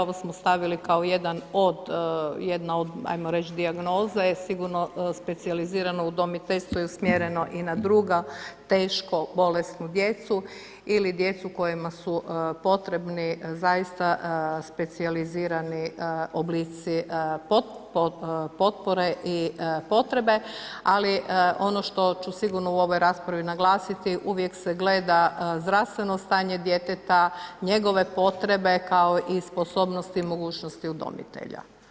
Ovo smo stavili kao jedan od, jedna od ajmo reći dijagnoza je sigurno specijalizirano udomiteljstvo je usmjereno i na druga teško bolesnu djecu ili djecu kojima su potrebni zaista specijalizirani oblici potpore i potrebe, ali ono što ću sigurno u ovoj raspravi naglasiti, uvijek se gleda zdravstveno stanje djeteta, njegove potrebe kao i sposobnost i mogućnost udomitelja.